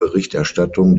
berichterstattung